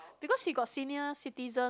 because he got senior citizen